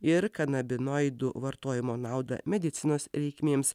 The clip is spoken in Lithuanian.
ir kanabinoidų vartojimo naudą medicinos reikmėms